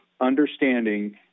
understanding